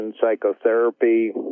psychotherapy